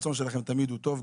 שהרצון שלכם הוא תמיד טוב.